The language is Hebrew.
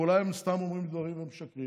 ואולי הם סתם אומרים דברים ומשקרים